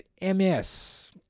ms